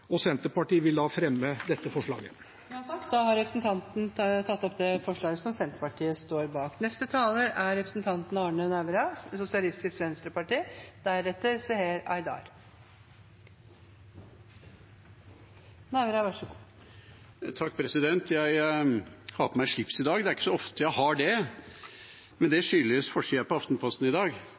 og Senterpartiet vil fremme dette forslaget. Representanten Bengt Fasteraune har tatt opp det forslaget han refererte til. Jeg har på meg slips i dag. Det er ikke så ofte jeg har det, men det skyldes forsiden på Aftenposten i dag.